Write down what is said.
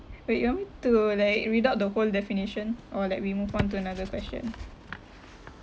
wait you want me to like read out the whole definition or like we move on to another question